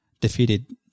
defeated